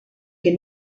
que